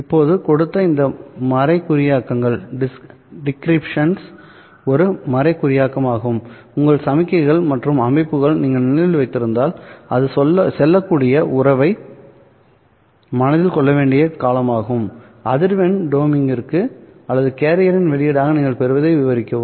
இப்போது கொடுத்த இந்த மறைகுறியாக்கங்கள் ஒரு மறைகுறியாக்கமாகும் உங்கள் சமிக்ஞைகள் மற்றும் அமைப்புகளை நீங்கள் நினைவில் வைத்திருந்தால் அது செல்லக்கூடிய உறவை மனதில் கொள்ள வேண்டிய காலமாகும்அதிர்வெண் டோமிங்கிற்கு மற்றும் கேரியரின் வெளியீடாக நீங்கள் பெறுவதை விவரிக்கவும்